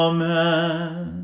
Amen